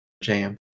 jam